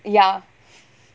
ya